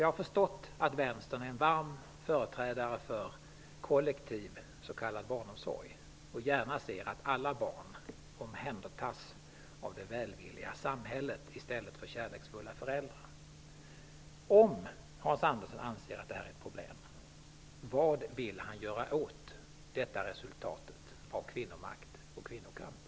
Jag har förstått att man inom Vänstern är varm företrädare för s.k. kollektiv barnomsorg och att man gärna ser att alla barn omhändertas av det välvilliga samhället i stället för av kärleksfulla föräldrar. Om Hans Andersson anser att detta är ett problem, vad vill han då göra åt resultatet med kvinnomakt och kvinnokamp?